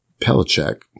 Pelichek